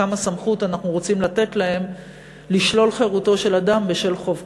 כמה סמכות אנחנו רוצים לתת להם לשלול חירותו של אדם בשל חוב כספי.